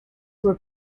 were